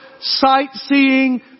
sightseeing